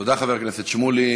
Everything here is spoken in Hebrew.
תודה, חבר הכנסת שמולי.